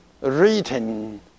written